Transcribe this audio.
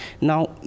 now